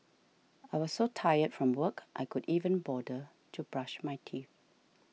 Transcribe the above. I was so tired from work I could even bother to brush my teeth